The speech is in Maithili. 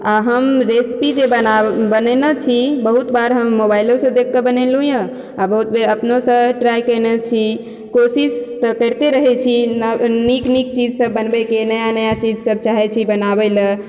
आ हम रेसिपी जे बनाबै बनेने छी बहुत बार हम मोबइलो सऽ देख कऽ बनेलहुॅं यऽ आ बहुत बेर अपनो सऽ ट्राय कएने छी कोशिश तऽ कैरते रहै छी नीक नीक चीज सब बनबै के नया नया चीज सब चाहै छी बनाबै लए